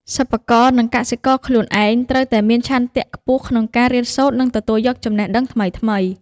សិប្បករនិងកសិករខ្លួនឯងត្រូវតែមានឆន្ទៈខ្ពស់ក្នុងការរៀនសូត្រនិងទទួលយកចំណេះដឹងថ្មីៗ។